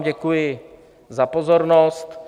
Děkuji vám za pozornost.